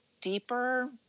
deeper